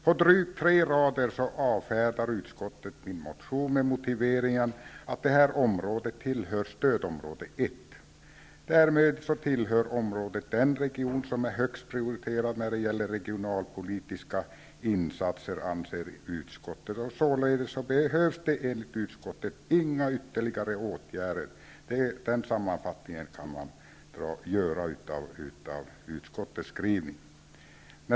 På drygt tre rader avfärdar utskottet min motion med motiveringen att det här området tillhör stödområde 1. Därmed tillhör området den region som är högst prioriterad när det gäller regionalpolitiska insatser, anser utskottet, och således behövs enligt utskottet inga ytterligare åtgärder. Den sammanfattningen kan man göra av utskottets skrivning.